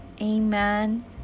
amen